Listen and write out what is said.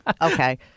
Okay